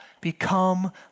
become